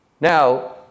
Now